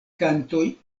kantoj